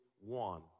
one